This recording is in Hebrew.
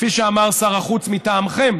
כפי שאמר שר החוץ מטעמכם,